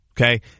okay